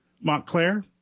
Montclair